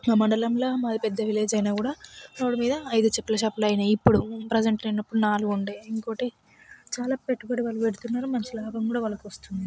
మా మండలంలో మాది పెద్ద విలేజ్ అయినా కూడా రోడ్దు మీద అయిదు చెప్పుల షాపులు అయినాయి ఇప్పుడు ప్రజెంట్ నాలుగు ఉండేవి ఇంకొకటి చాలా పెట్టుబడి వాళ్ళు పెడుతున్నారు మంచి లాభం కూడా వాళ్ళకి వస్తుంది